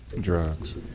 Drugs